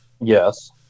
Yes